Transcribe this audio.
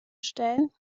stellen